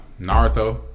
Naruto